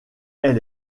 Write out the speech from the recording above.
elle